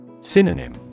Synonym